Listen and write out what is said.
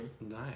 Nice